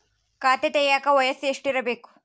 ಖಾತೆ ತೆಗೆಯಕ ವಯಸ್ಸು ಎಷ್ಟಿರಬೇಕು?